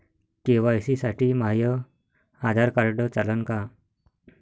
KYC साठी माह्य Aadhaar card चालन का?